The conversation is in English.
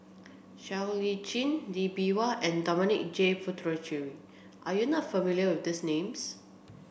Siow Lee Chin Lee Bee Wah and Dominic J Puthucheary are you not familiar with these names